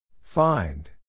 Find